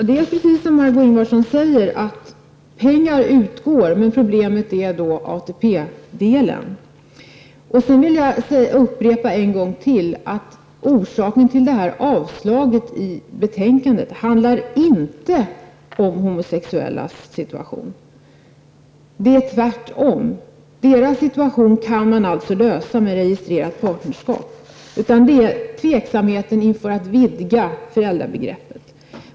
Det är precis så som Margó Ingvardsson säger, att pengar utgår, men problemet är ATP-delen. Sedan vill jag ännu en gång upprepa att orsaken till avstyrkandet i betänkandet inte handlar om homosexuellas situation. Deras situation kan man alltså lösa med registrerat partnerskap. Det är i stället fråga om tveksamhet inför att vidga föräldrabegreppet.